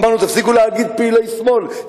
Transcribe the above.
אמרנו: תפסיקו להגיד פעילי שמאל,